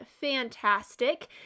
fantastic